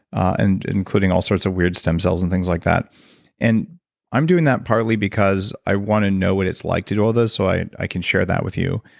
and including all sorts of weird stem cells, and things like that and i'm doing that partly because i want to know what it's like to do all of those, so i i can share that with you.